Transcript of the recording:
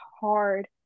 hard